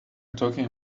talking